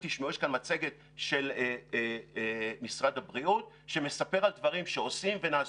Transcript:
יש כאן מצגת של משרד הבריאות שמספרת על דברים שעושים ונעשו.